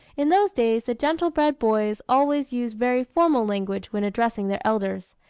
in those days, the gentle-bred boys always used very formal language when addressing their elders.